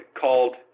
called